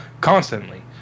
constantly